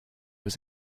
was